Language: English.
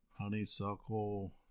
honeysuckle